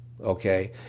Okay